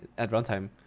at runtime.